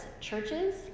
churches